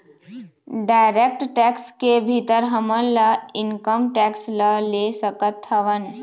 direct tax के भीतर हमन ह इनकम टेक्स ल ले सकत हवँन